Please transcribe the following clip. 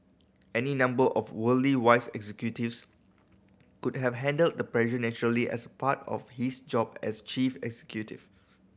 any number of worldly wise executives could have handled the press naturally as part of his job as chief executive